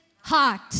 heart